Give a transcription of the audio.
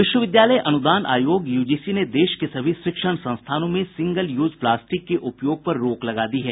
विश्वविद्यालय अनुदान आयोग यूजीसी ने देश के सभी शिक्षण संस्थानों में सिंगल यूज प्लास्टिक के उपयोग पर रोक लगा दी है